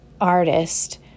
artist